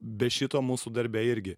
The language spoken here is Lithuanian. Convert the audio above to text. be šito mūsų darbe irgi